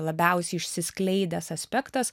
labiausiai išsiskleidęs aspektas